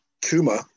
Kuma